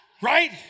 right